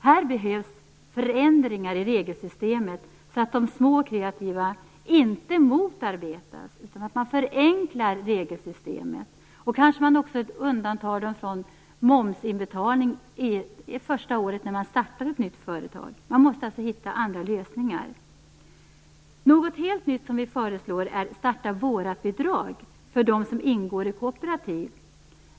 Här behövs förändringar i regelsystemet så att de små och kreativa inte motarbetas. Regelsystemet måste förenklas. Man kan kanske också undanta dem från momsinbetalning under det första året när ett nytt företag startas. Man måste alltså hitta andra lösningar. Något helt nytt som vi föreslår är starta-våratbidrag för dem som ingår i kooperativ.